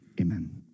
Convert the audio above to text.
amen